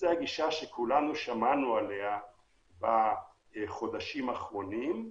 שכולנו שמענו עליה בחודשים האחרונים,